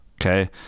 okay